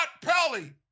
Pelly